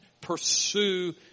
Pursue